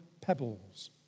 pebbles